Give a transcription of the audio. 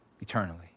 eternally